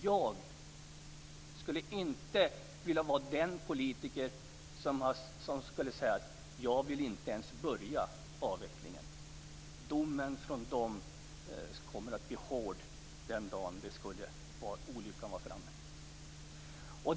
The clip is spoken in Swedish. Jag skulle inte vilja vara den politiker som säger: Jag vill inte ens påbörja avvecklingen. Domen skulle bli hård den dagen olyckan var framme.